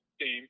team